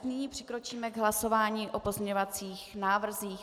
Nyní přikročíme k hlasování o pozměňovacích návrzích.